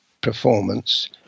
performance